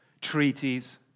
treaties